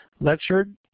lectured